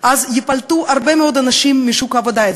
ייפלטו הרבה מאוד אנשים משוק העבודה,